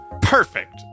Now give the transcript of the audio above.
perfect